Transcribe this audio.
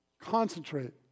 concentrate